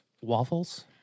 Waffles